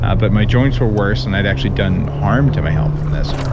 ah but my joints were worse and i had actually done harm to my health from this.